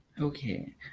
Okay